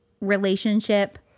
relationship